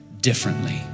differently